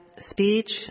speech